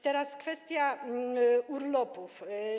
Teraz kwestia urlopów.